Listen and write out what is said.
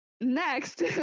next